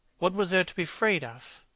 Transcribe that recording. what was there to be afraid of?